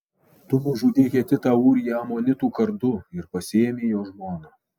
tu nužudei hetitą ūriją amonitų kardu ir pasiėmei jo žmoną